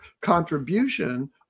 contribution